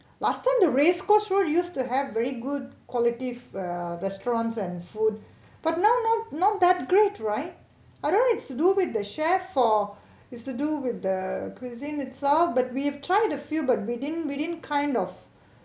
last time the race course road used to have very good quality ah restaurants and food but now not not that great right although is to do with the chef or is to do with the cuisine itself but we have tried a few but we didn't we didn't kind of